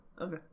okay